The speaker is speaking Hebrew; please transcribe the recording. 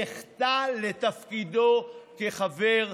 יחטא לתפקידו כחבר כנסת.